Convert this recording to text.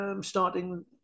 starting